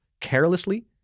carelessly